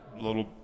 little